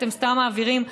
אתם סתם מעבירים,